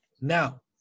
Now